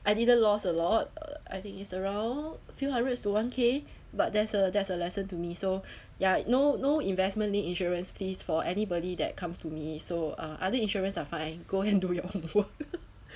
I didn't lost a lot uh I think it's around few hundreds to one K but there's a there's a lesson to me so ya no no investment linked insurance please for anybody that comes to me so uh other insurance are fine go and do your homework